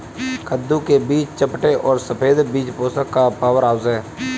कद्दू के बीज चपटे और सफेद बीज पोषण का पावरहाउस हैं